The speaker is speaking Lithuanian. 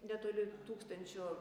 netoli tūkstančio